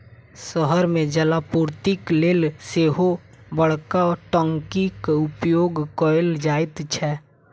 शहर मे जलापूर्तिक लेल सेहो बड़का टंकीक उपयोग कयल जाइत छै